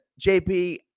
JP